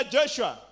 Joshua